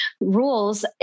rules